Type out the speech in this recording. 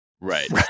Right